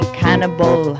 cannibal